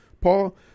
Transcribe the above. Paul